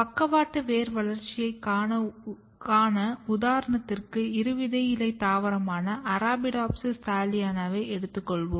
பக்கவாட்டு வேர் வளர்ச்சியைக் காண உதாரணத்திற்கு இருவிதையிலை தாவரமான Arabidopsis thaliana வை எடுத்துக்கொள்வோம்